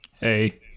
Hey